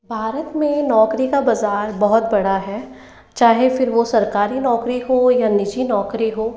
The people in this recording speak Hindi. भारत में नौकरी का बाज़ार बहुत बड़ा है चाहे फिर वो सरकारी नौकरी हो या निजी नौकरी हो